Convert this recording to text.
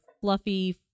fluffy